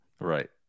Right